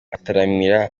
ataramira